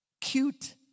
Cute